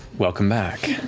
welcome back.